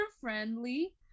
friendly